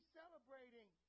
celebrating